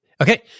Okay